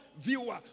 viewer